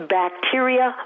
bacteria